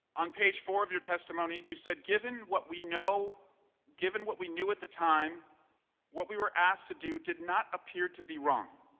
on page four of your testimony you said given what we know and what we knew at the time what we are asked to do did not appear to be wrong.